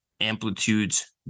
Amplitudes